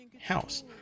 house